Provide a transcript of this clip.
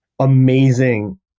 amazing